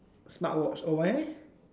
smart watch oh why leh